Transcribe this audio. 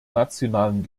nationalen